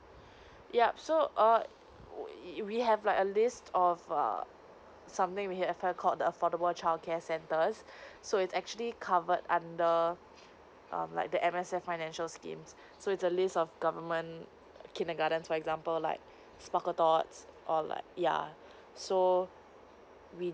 yup so err we have like a list of err something we have called the affordable childcare centers so it's actually covered under um like the M_S_F financial schemes so it's a list of government kindergarten for example like sparkletots or like yeah so we